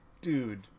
dude